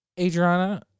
Adriana